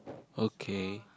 okay